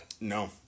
no